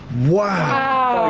wow.